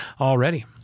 already